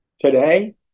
Today